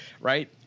Right